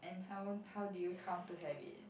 how how did you come to have it